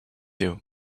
you